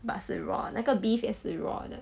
but 是 raw 那个 beef 也是 raw 的